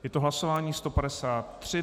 Je to hlasování 153.